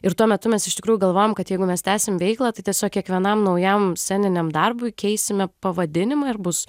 ir tuo metu mes iš tikrųjų galvojom kad jeigu mes tęsim veiklą tai tiesiog kiekvienam naujam sceniniam darbui keisime pavadinimą ir bus